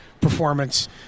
performance